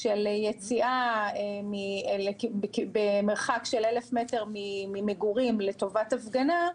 על יציאה ממרחק של 1,000 מטר ממגורים לטובת הפגנה,